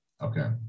Okay